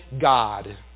God